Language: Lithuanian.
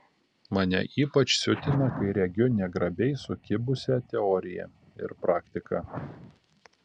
mane ypač siutina kai regiu negrabiai sukibusią teoriją ir praktiką